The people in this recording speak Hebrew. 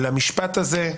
למשפט הזה?